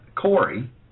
Corey